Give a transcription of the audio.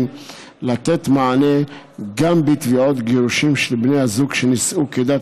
לתת מענה גם בתביעות גירושין של בני זוג שנישאו כדת